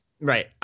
Right